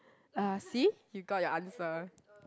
ah see you got your answer